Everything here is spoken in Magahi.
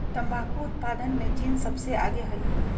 तंबाकू उत्पादन में चीन सबसे आगे हई